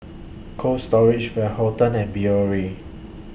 Cold Storage Van Houten and Biore